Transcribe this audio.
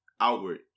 outward